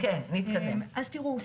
תראו,